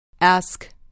Ask